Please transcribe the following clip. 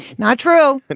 not true. and